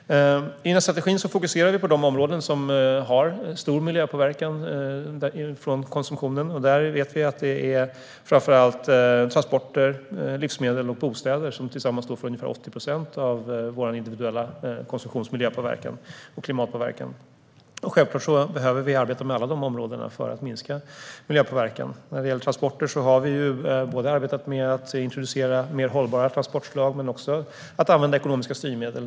Inom strategin fokuserar vi på de områden där konsumtionen har stor miljöpåverkan. Vi vet att det är framför allt transporter, livsmedel och bostäder, som tillsammans står för ungefär 80 procent av vår individuella konsumtions miljö och klimatpåverkan. Självklart behöver vi arbeta med alla de områdena för att minska miljöpåverkan. När det gäller transporter har vi arbetat både med att introducera mer hållbara transportslag och med att använda ekonomiska styrmedel.